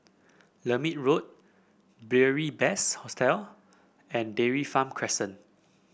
Lermit Road Beary Best Hostel and Dairy Farm Crescent